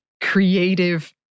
creative